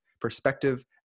perspective